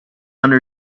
under